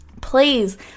Please